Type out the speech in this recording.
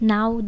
Now